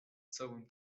całym